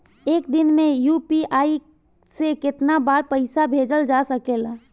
एक दिन में यू.पी.आई से केतना बार पइसा भेजल जा सकेला?